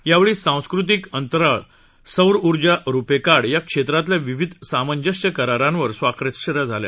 यावेळी सांस्कृतिक अंतराळ सौर ऊर्जा आणि रुपे कार्ड या क्षेत्रातल्या विविध सामंजस्य करारांवर स्वाक्ष या झाल्या